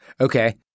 Okay